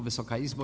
Wysoka Izbo!